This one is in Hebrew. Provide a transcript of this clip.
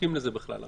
זקוקים לזה, בכלל?